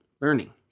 learning